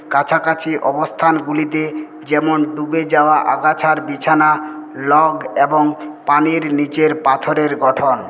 কাছাকাছি অবস্থানগুলিতে যেমন ডুবে যাওয়া আগাছার বিছানা লগ এবং পানির নীচের পাথরের গঠন